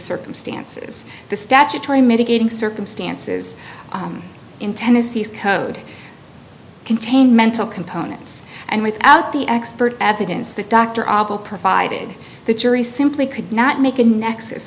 circumstances the statutory mitigating circumstances in tennessee is code contain mental components and without the expert evidence that dr obl provided the jury simply could not make a nexus